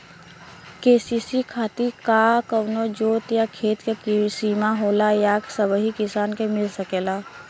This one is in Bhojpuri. के.सी.सी खातिर का कवनो जोत या खेत क सिमा होला या सबही किसान के मिल सकेला?